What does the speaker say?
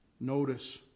notice